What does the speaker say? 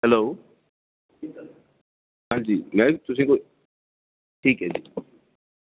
hello हांजी महां तुसें गी कोई ठीक ऐ जी